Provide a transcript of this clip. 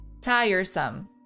tiresome